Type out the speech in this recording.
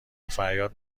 فریاد